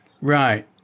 Right